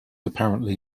apparently